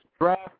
draft